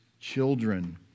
children